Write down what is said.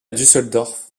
düsseldorf